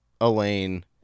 Elaine